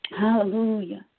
Hallelujah